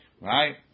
Right